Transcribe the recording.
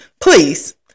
please